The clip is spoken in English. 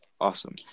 Awesome